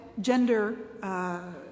gender